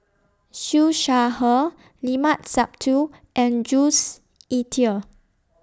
Siew Shaw Her Limat Sabtu and Jules Itier